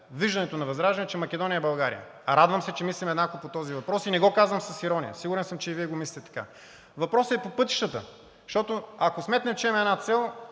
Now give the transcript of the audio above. виждането на ВЪЗРАЖДАНЕ – че Македония е България. Радвам се, че мислим еднакво по този въпрос и не го казвам с ирония. Сигурен съм, че и Вие мислите така. Въпросът е в пътищата, защото, ако сметнем, че имаме една цел,